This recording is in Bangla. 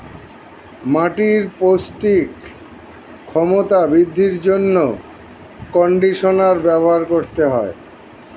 মাটির পৌষ্টিক ক্ষমতা বৃদ্ধির জন্য কন্ডিশনার ব্যবহার করতে হয়